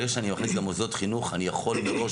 ברגע שאני מכניס את מוסדות החינוך אני יכול מראש